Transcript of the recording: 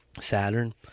Saturn